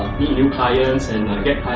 meet new clients and get